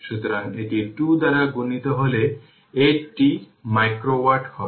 সুতরাং এটি 2 দ্বারা গুণিত হলে 8 t মাইক্রোওয়াট হবে